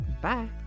Bye